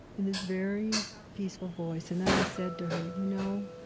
in this very peaceful voice. and then i said to her, you know,